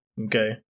Okay